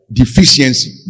deficiency